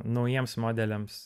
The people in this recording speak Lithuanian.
naujiems modeliams